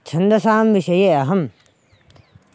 छन्दसां विषये अहं